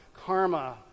karma